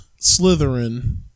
Slytherin